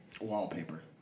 Wallpaper